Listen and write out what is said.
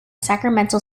sacramento